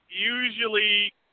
usually